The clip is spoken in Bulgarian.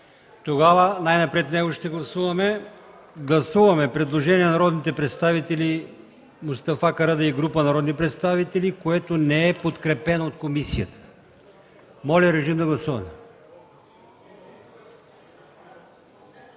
гласуваме най-напред него. Гласуваме предложение на народния представител Мустафа Карадайъ и група народни представители, което не е подкрепено от комисията. Моля, режим на гласуване.